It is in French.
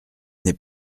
n’est